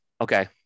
Okay